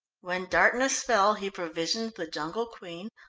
when darkness fell he provisioned the jungle queen,